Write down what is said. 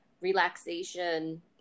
relaxation